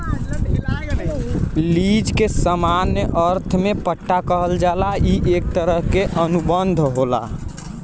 lease के सामान्य अर्थ में पट्टा कहल जाला ई एक तरह क अनुबंध होला